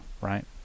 right